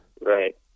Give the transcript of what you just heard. Right